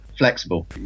flexible